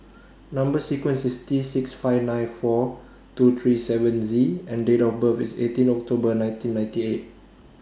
Number sequence IS T six five nine four two three seven Z and Date of birth IS eighteen October nineteen ninety eight